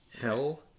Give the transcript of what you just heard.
hell